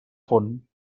font